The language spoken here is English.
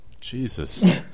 Jesus